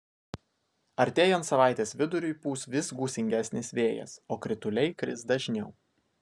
artėjant savaitės viduriui pūs vis gūsingesnis vėjas o krituliai kris dažniau